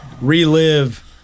relive